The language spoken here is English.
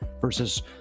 versus